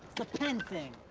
pen thing.